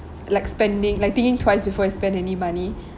like spending like thinking twice before you spend any money